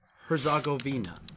Herzegovina